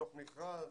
מתוך מכרז